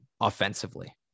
offensively